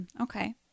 Okay